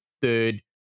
third